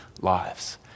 lives